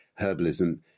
herbalism